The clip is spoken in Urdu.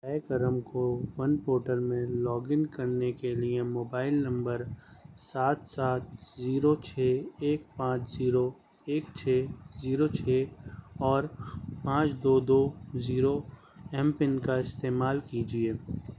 براہ کرم کوون پورٹل میں لاگ ان کرنے کے لیے موبائل نمبر سات سات زیرو چھ ایک پانچ زیرو ایک چھ زیرو چھ اور پانچ دو دو زیرو ایم پن کا استعمال کیجیے